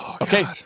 Okay